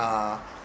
uh